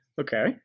Okay